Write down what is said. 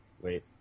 Wait